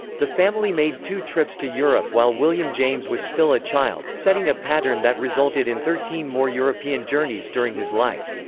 the family made two trips to europe while william james was still a child, setting a pattern that resulted in thirteen more european journeys during his life.